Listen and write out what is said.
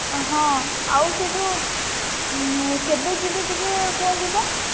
ହଁ ଆଉ ସେ ଯେଉଁ କେବେ ଯିବି ଟିକିଏ କୁହନ୍ତୁ ତ